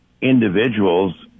individuals